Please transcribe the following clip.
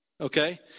okay